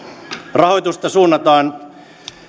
rahoitusta suunnataan